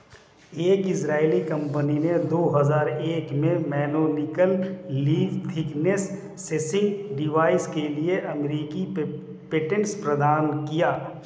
एक इजरायली कंपनी ने दो हजार एक में mechanical leaf thickness sensing device के लिए अमेरिकी पेटेंट प्रदान किया